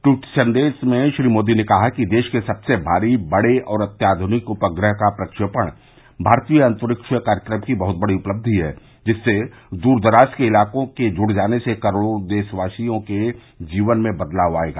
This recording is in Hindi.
ट्वीट संदेश में श्री मोदी ने कहा कि देश के सबसे भारी बड़े और अत्याधनिक उपग्रह का प्रक्षेपण भारतीय अन्तरिक्ष कार्यक्रम की बहत बड़ी उपलब्धि है जिससे द्रदराज के इलाकों के जुड जाने से करोडों देशवासियों के जीवन में बदलाव आयेगा